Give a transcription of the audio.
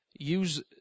Use